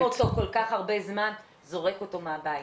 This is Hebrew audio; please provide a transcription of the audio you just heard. --- כל כך הרבה זמן, זורק אותו מהבית.